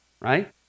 right